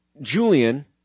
Julian